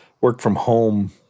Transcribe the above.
work-from-home